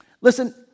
Listen